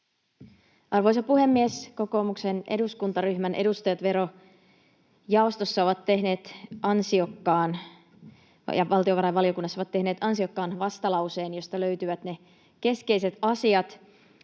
Arvoisa puhemies! Kokoomuksen eduskuntaryhmän edustajat verojaostossa ja valtiovarainvaliokunnassa ovat tehneet ansiokkaan vastalauseen, josta löytyvät keskeiset asiat,